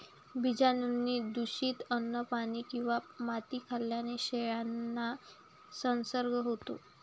बीजाणूंनी दूषित अन्न, पाणी किंवा माती खाल्ल्याने शेळ्यांना संसर्ग होतो